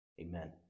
Amen